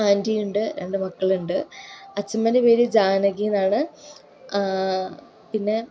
ആൻറ്റിയുണ്ട് രണ്ട് മക്കളുണ്ട് അച്ഛമ്മേൻ്റെ പേര് ജാനകിയെന്നാണ് പിന്നെ